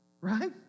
right